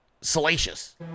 salacious